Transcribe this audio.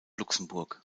luxemburg